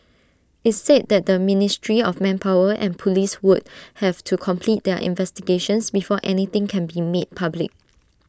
IT said that the ministry of manpower and Police would have to complete their investigations before anything can be made public